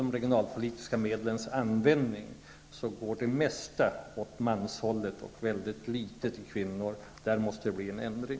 Av de regionalpolitiska medlen går det mesta åt manshållet och väldigt litet till kvinnor. Där måste det bli en ändring.